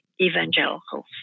evangelicals